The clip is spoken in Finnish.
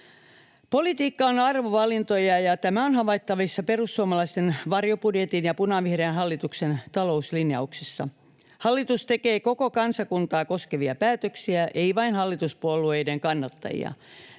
Politiikka on arvovalintoja, ja tämä on havaittavissa perussuomalaisten varjobudjetin ja punavihreän hallituksen talouslinjauksissa. Hallitus tekee koko kansakuntaa koskevia päätöksiä, ei vain hallituspuolueiden kannattajia